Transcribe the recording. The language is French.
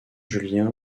julien